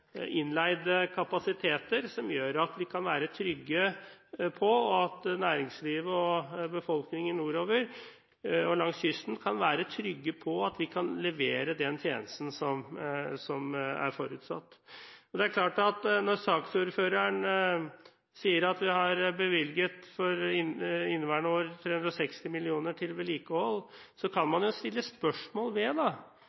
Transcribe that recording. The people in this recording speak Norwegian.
innleide kapasiteter som gjør at vi kan vite at næringslivet og befolkningen nordover og langs kysten kan være trygge på at vi kan levere den tjenesten som er forutsatt. Når saksordføreren sier at vi for inneværende år har bevilget 340 mill. kr til vedlikehold, kan